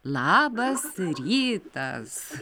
labas rytas